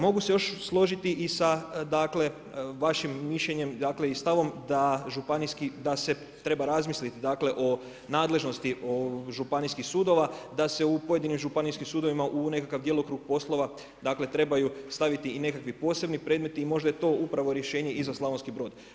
Mogu se još složiti i sa vašim mišljenjem i stavom da se treba razmisliti o nadležnosti županijskih sudova, da se u pojedinim županijskim sudovima u nekakav djelokrug sudova trebaju staviti i nekakvi posebni predmeti i možda je to upravo rješenje i za Slavonski Brod.